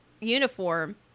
uniform